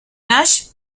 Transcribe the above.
nash